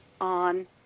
on